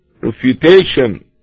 refutation